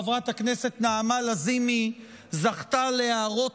חברת הכנסת נעמה לזימי זכתה להערות